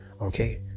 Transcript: Okay